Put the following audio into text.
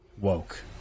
woke